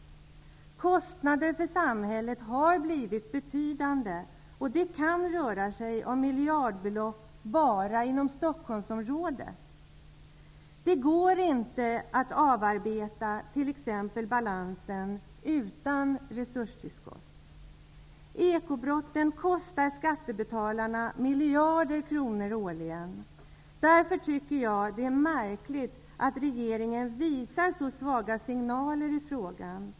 Kostnaderna för samhället har blivit betydande, och de kan röra sig om miljardbelopp bara inom Stockholmsområdet. Det går t.ex. inte att avarbeta balansen utan resurstillskott. Ekobrotten kostar skattebetalarna miljarder kronor årligen. Därför tycker jag att det är märkligt att regeringen visar så svaga signaler i frågan.